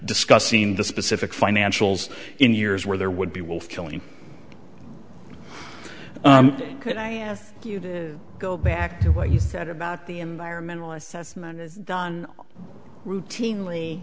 discussing the specific financials in years where there would be wolf killing could i ask you to go back to what you said about the environmental assessment is done routinely